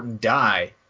die